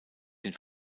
den